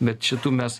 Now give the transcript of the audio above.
bet šitų mes